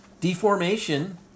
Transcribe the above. Deformation